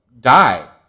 die